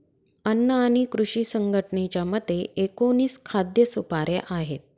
अन्न आणि कृषी संघटनेच्या मते, एकोणीस खाद्य सुपाऱ्या आहेत